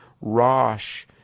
Rosh